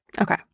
Okay